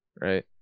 right